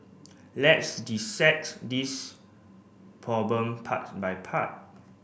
let's dissect this problem part by part